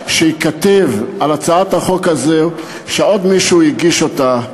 שייכתב על הצעת החוק הזאת שעוד מישהו הגיש אותה.